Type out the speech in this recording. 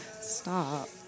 Stop